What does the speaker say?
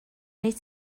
wneud